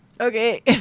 Okay